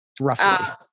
Roughly